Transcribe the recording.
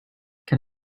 can